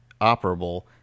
operable